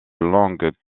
longues